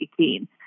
18